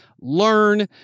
learn